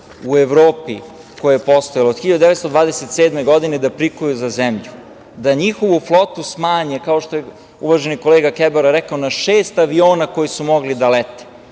u Evropi, koja je postojala od 1927. godine, da prikuju za zemlju, da njihovu flotu smanje, kao što je uvaženi kolega Kebara rekao, na šest aviona koji su mogli da lete,